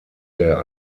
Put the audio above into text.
der